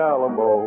Alamo